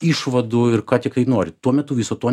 išvadų ir ką tik kai nori tuo metu viso to